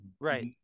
right